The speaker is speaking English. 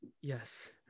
Yes